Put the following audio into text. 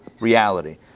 reality